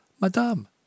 Madame